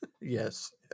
Yes